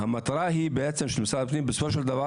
המטרה של משרד הפנים היא בסופו של דבר